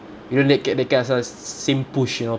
you don't really get the kind s~ same push you know